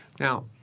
Now